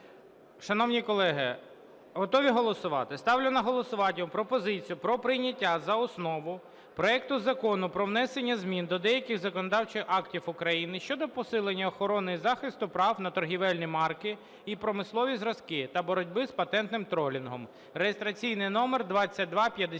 Шановні колеги, готові голосувати? Ставлю на голосування пропозицію про прийняття за основу проекту Закону про внесення змін до деяких законодавчих актів України щодо посилення охорони і захисту прав на торговельні марки і промислові зразки та боротьби з патентним тролінгом (реєстраційний номер 2258).